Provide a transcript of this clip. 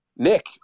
Nick